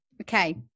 Okay